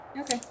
Okay